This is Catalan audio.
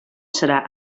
serà